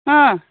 औ